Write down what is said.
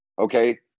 Okay